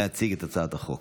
להציג את הצעת החוק,